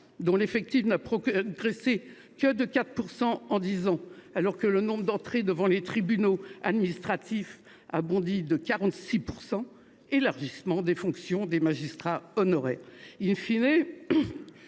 dont l’effectif n’a progressé que de 4 % en dix ans, alors que le nombre d’entrées devant les tribunaux administratifs a bondi de 46 %, il est proposé d’élargir les fonctions des magistrats honoraires.,